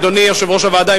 אדוני יושב-ראש הוועדה,